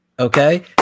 Okay